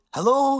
Hello